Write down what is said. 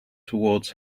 towards